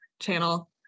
channel